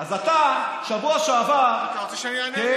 אז אתה בשבוע שעבר, כן, אתה רוצה שאני אענה?